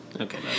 Okay